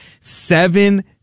seven